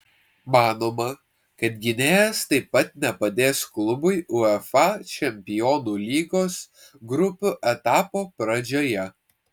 manoma kad gynėjas taip pat nepadės klubui uefa čempionų lygos grupių etapo pradžioje